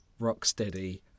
Rocksteady